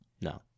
No